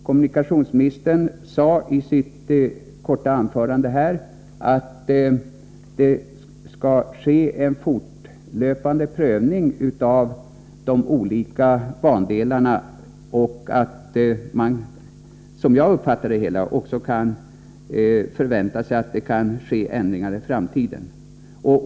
Kommunikationsministern sade i sitt korta anförande att det skall ske en fortlöpande prövning av de olika bandelarna och att man, som jag uppfattade det hela, kan förvänta sig att det blir ändringar i framtiden.